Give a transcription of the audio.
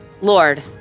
Lord